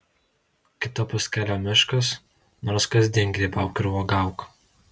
kitapus kelio miškas nors kasdien grybauk ir uogauk